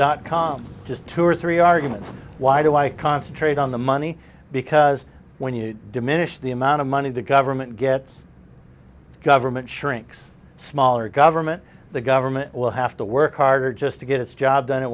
dot com just two or three arguments why do i concentrate on the money because when you diminish the amount of money the government gets government shrinks smaller government the government will have to work harder just to get its job done it